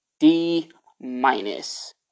D-minus